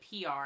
PR